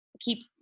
keep